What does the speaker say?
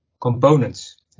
components